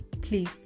please